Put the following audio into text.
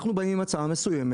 אנחנו באים עם הצעה מסוימת.